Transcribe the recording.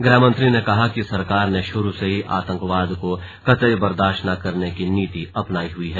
गृहमंत्री ने कहा कि सरकार ने शुरू से ही आतंकवाद को कतई बर्दाश्त न करने की नीति अपनाई हुई है